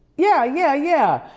yeah, yeah, yeah.